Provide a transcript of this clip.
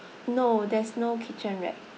no there's no kitchen rack